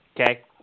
Okay